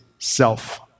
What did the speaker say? Self